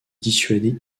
dissuader